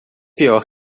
pior